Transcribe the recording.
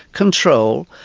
control,